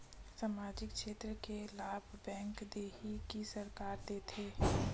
सामाजिक क्षेत्र के लाभ बैंक देही कि सरकार देथे?